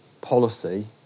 policy